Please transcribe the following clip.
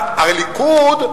הליכוד,